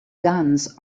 guns